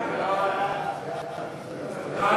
ההצעה